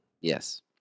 Yes